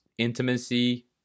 Intimacy